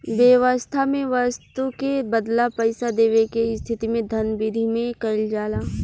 बेवस्था में बस्तु के बदला पईसा देवे के स्थिति में धन बिधि में कइल जाला